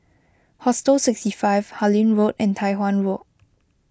Hostel sixty five Harlyn Road and Tai Hwan Walk